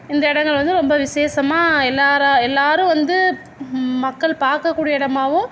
இந்த இடங்கள் வந்து ரொம்ப விசேஷமா எல்லாரா எல்லோரும் வந்து மக்கள் பார்க்கக்கூடிய இடமாவும்